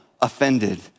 offended